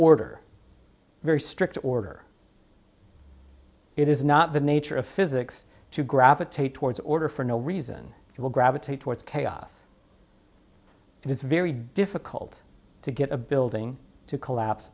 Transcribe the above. order very strict order it is not the nature of physics to gravitate towards order for no reason it will gravitate towards chaos it is very difficult to get a building to collapse